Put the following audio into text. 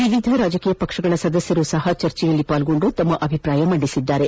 ವಿವಿಧ ರಾಜಕೀಯ ಪಕ್ಷಗಳ ಸದಸ್ದರು ಸಹ ಚರ್ಚೆಯಲ್ಲಿ ಪಾಲ್ಗೊಂಡು ತಮ್ಮ ಅಭಿಪ್ರಾಯ ಮಂಡಿಸಿದ್ದಾರೆ